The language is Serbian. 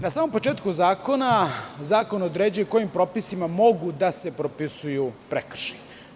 Na samom početku zakona, zakon određuje kojim propisima mogu da se propisuju prekršaji.